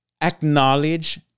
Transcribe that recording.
acknowledge